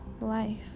life